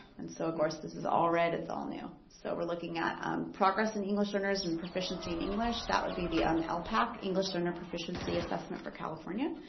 and so of course this is all red, it's all new. so we're looking at progress in english learners and proficiency in english, that would be the um lpac, english learner proficiency assessment for california.